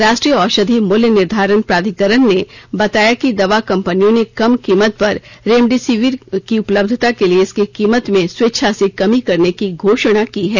राष्ट्रीय औषधि मूल्य निर्धारण प्राधिकरण ने बताया है कि दवा कंपनियों ने कम कीमत पर रेमडेसिविर की उपलब्धता के लिए इसकी कीमत में स्वेच्छा से कमी करने की घोषणा की है